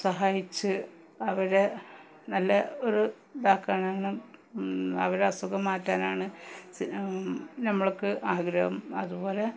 സഹായിച്ച് അവരെ നല്ല ഒരു ഇതാക്കാനാണ് അവരസുഖം മാറ്റാനാണ് നമ്മള്ക്ക് ആഗ്രഹം അതുപോലെ